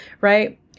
Right